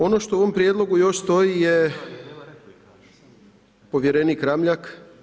Ono što u ovom prijedlogu još stoji je povjerenik Ramljak.